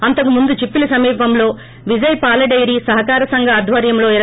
అంతకుముందు చిప్పిలీ సమీపంలో విజయ పాల్ డెయిరీ సహకార సంఘం ఆధ్వర్యంలో రూ